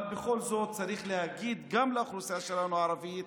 אבל בכל זאת צריך להגיד גם לאוכלוסייה שלנו הערבית: